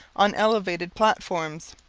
on elevated platforms.